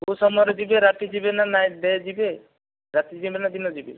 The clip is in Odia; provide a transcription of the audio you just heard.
କେଉଁ ସମୟରେ ଯିବେ ରାତି ଯିବେ ନା ନାଇଟ୍ ଡେ ଯିବେ ରାତି ଯିବେ ନା ଦିନେ ଯିବେ